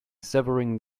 savouring